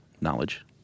Knowledge